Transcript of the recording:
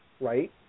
right